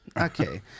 Okay